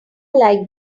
like